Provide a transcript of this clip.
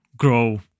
Grow